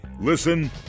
Listen